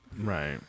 right